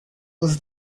was